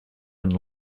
and